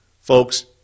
Folks